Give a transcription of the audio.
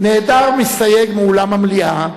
"נעדר מסתייג מאולם המליאה,